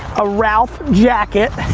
a ralph jacket,